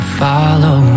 follow